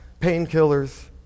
painkillers